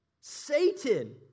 Satan